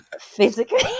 physically